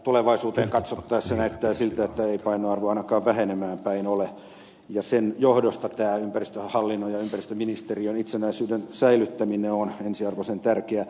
tulevaisuuteen katsottaessa näyttää siltä että ei painoarvo ainakaan vähenemään päin ole ja sen johdosta tämä ympäristöhallinnon ja ympäristöministeriön itsenäisyyden säilyttäminen on ensiarvoisen tärkeää